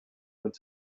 went